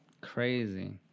crazy